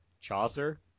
Chaucer